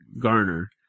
Garner